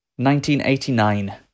1989